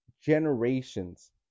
generations